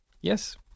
Yes